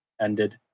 ended